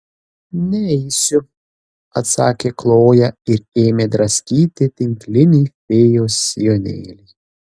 neisiu atsakė kloja ir ėmė draskyti tinklinį fėjos sijonėlį